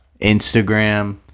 Instagram